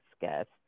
guest